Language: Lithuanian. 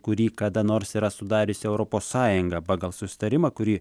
kurį kada nors yra sudariusi europos sąjunga pagal susitarimą kurį